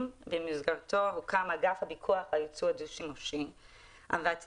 ובמסגרתם הוקם אגף הפיקוח על הייצוא הדו-שימושי והטיפול